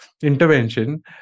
intervention